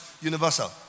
universal